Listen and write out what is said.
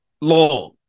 long